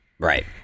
right